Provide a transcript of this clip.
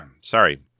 sorry